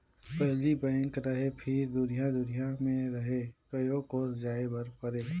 पहिली बेंक रहें फिर दुरिहा दुरिहा मे रहे कयो कोस जाय बर परे